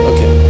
Okay